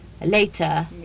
Later